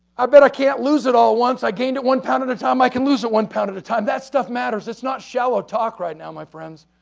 i better can't lose it all once, i gained one lb at a time i can lose it one lb at a time, that stuff matters it's not shallow talk right now my friends.